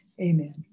amen